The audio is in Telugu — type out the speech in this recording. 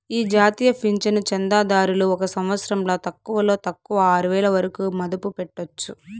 ఈ జాతీయ పింఛను చందాదారులు ఒక సంవత్సరంల తక్కువలో తక్కువ ఆరువేల వరకు మదుపు పెట్టొచ్చు